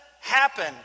happen